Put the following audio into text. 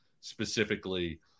specifically